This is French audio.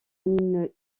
une